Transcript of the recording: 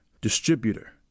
distributor